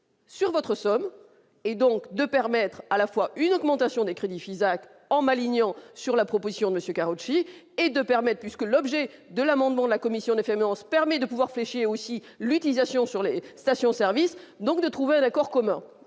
sur votre somme, et donc de permettre à la fois une augmentation des crédits Fisac Emme alignant sur la proposition de monsieur Karoutchi et de permettent puisque l'objet de l'amendement de la commission des faits mais on se permet de pouvoir fessiers aussi l'utilisation sur les stations-service donc de trouver un accord commun